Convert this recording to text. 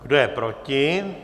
Kdo je proti?